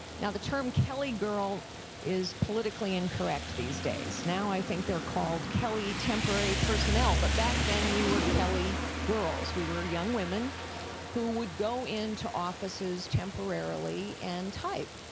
now the term kelly girl is politically incorrect these days now i think they're called kelly temporary personnel, but back then we were kelly girls. we were young women who would go into offices temporarily and type.